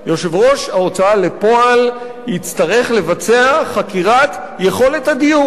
ראש ההוצאה לפועל יצטרך לבצע חקירת יכולת הדיור.